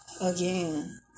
again